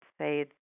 say